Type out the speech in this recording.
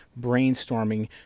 brainstorming